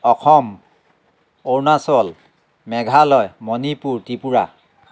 Assam Arunachal Meghalaya Manipur Tripura